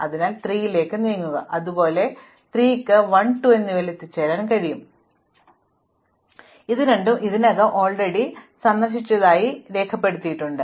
അതിനാൽ നിങ്ങൾ 3 ലേക്ക് നീങ്ങുക അതുപോലെ 3 ന് 1 2 എന്നിവയിലെത്താൻ കഴിയും ഇവ രണ്ടും ഞാൻ ഇതിനകം സന്ദർശിച്ചതായി പട്ടികപ്പെടുത്തിയിട്ടുണ്ട് അല്ലെങ്കിൽ 1 ൽ നിന്ന് എത്തിച്ചേരാം